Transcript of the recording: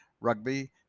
rugby